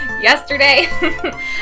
yesterday